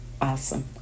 Awesome